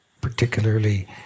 particularly